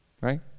Right